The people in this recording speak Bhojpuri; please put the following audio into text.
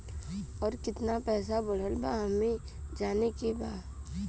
और कितना पैसा बढ़ल बा हमे जाने के बा?